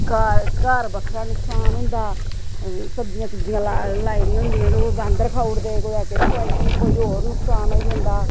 घर घर बक्खरा नुकसान होंदा सब्ज़ियां सुब्जियां लाई दियां होंदियां ते ओह् बांदर खाऊ उड़दे कुदै किश कोई होर नकसान होई जंदा